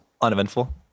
uneventful